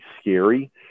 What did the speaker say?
scary